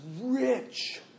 rich